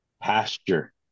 pasture